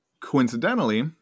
coincidentally